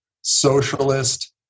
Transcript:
socialist